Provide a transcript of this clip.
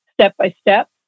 step-by-step